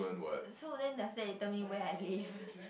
so then does that you tell me where I live